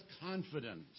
confidence